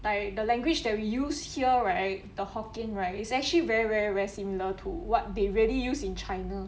like the language that we use here right the hokkien right is actually very very rare similar to what they really used in china